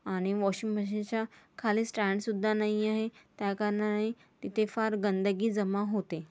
आणि वॉशिंग् मशीनच्या खाली स्टॅन्डसुद्धा नाही आहे त्या कारणानी तिथे फार गंदगी जमा होते